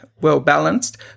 well-balanced